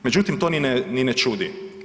Međutim, to ni ne čudi.